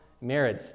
marriage